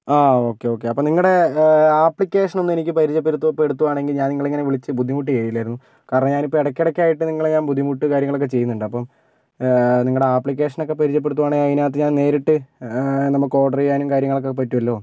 ആ okay okay അപ്പം നിങ്ങളുടെ ആപ്ലിക്കേഷൻ ഒന്ന് എനിക്ക് പരിചയപ്പെടുത്തുകയാണെങ്കിൽ ഞാൻ നിങ്ങളെ ഇങ്ങനെ വിളിച്ച് ബുദ്ധിമുട്ടിക്കില്ലായിരുന്നു കാരണം ഞാൻ ഇപ്പോൾ ഇടക്ക് ഇടക്കായിട്ട് നിങ്ങളെ ഞാൻ ബുദ്ധിമുട്ട് കാര്യങ്ങളൊക്കെ ചെയ്യുന്നുണ്ട് അപ്പം നിങ്ങളുടെ ആപ്ലിക്കേഷൻ ഒക്കെ പരിചയപ്പെടുത്തുകയാണെങ്കിൽ അതിനകത്ത് ഞാൻ നേരിട്ട് നമുക്ക് ഓർഡർ ചെയ്യാനും കാര്യങ്ങൾക്കൊക്കെ പറ്റുമല്ലോ